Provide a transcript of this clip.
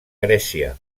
grècia